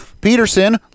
Peterson